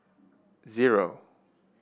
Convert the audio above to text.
zero